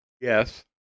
Yes